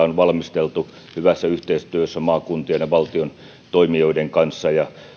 on valmisteltu hyvässä yhteistyössä maakuntien ja valtion toimijoiden kanssa ja